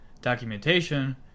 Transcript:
documentation